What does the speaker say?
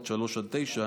הסקר.